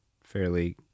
fairly